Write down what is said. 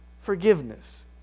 forgiveness